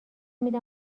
میدم